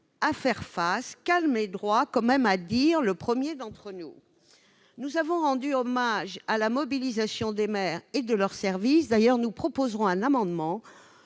à faire face, calme et droit, comme aime à le dire le premier d'entre nous ... Nous avons rendu hommage à la mobilisation des maires et de leurs services. D'ailleurs, nous proposerons un amendement